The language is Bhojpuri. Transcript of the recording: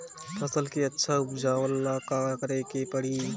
फसल के अच्छा उपजाव ला का करे के परी?